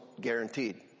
guaranteed